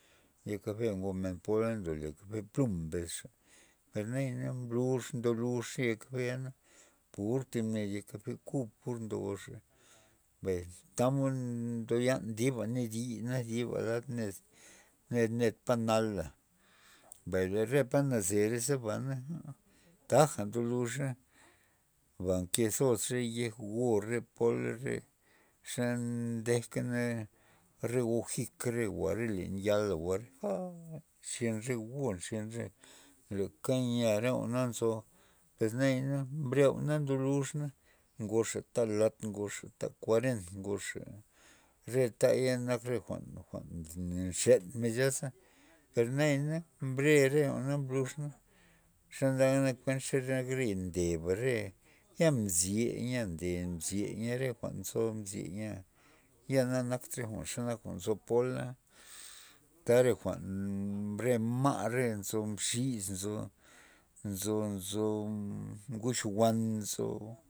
Ye kafe ngomen pola ndole cafe plum mbes xa, per naya na mblux ndolux re kafe yana pur thib ned ya kafe kub pur odogoxa, mbay tamod ndoyan dib a ned yi na dib a lad ned ned- ned pa nala, mbay re palad nazere ba aa taja ndoluxa, ba nke zos re yej go re pola re xa ndej kana re go jika jwa're len re ya la jwa're j nxyen re go nxyen re leka yea re jwa'na nzo pues nayana bre jwa'na ndo luxna ngoxa ta'lat ngoxa ta' kauret ngoxa re ta' ya re jwa'n- jwa'n nxyen men zya za, per naya na mbre re jwa'na mblux na xe ndagana kuent ne nak re ndeba re ya mzye nya nde mzye re jwa'n nzo mze nya ya na naktra jwa'n xomod nzo pola ta re jwa'n re ma' nzo mxis nzo- nzo- nzo nguch wan nzo.